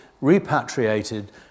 repatriated